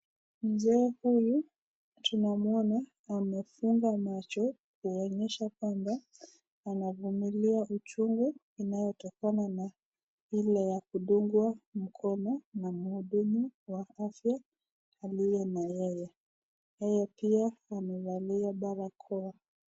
Mtu huyu anaonekana amefunga macho kuonekana anavumilia uchungu kutokana na ile ya kudungwa mkono na muhudumu wa afya aliye na yeye,. Yeye pia amevalia barakoa.